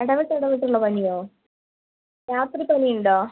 ഇടവിട്ട് ഇടവിട്ടുള്ള പനിയോ രാത്രി പനിയുണ്ടോ